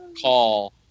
call